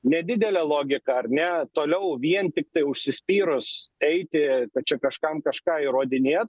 nedidelė logika ar ne toliau vien tiktai užsispyrus eiti kad čia kažkam kažką įrodinėt